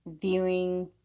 viewing